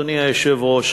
אדוני היושב-ראש,